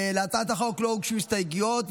להצעת החוק לא הוגשו הסתייגויות.